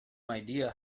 idea